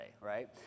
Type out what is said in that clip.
right